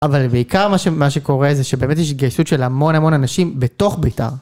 אבל בעיקר מה ש מה שקורה זה שבאמת יש התגייסות של המון המון אנשים בתוך בית"ר.